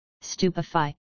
stupefy